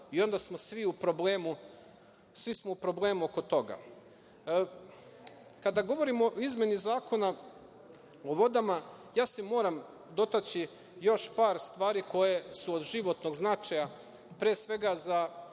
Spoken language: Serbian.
i onda smo svi u problemu oko toga. Kada govorimo o izmeni Zakona o vodama, ja se moram dotaći još par stvari koje su od životnog značaja pre svega za